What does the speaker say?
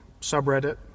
subreddit